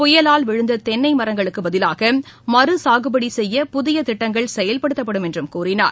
புயலால் விழுந்த தென்னை மரங்களுக்கு பதிலாக மறுசாகுபடி செய்ய புதிய திட்டங்கள் செயல்படுத்தப்படும் என்றும் கூறினார்